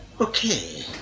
Okay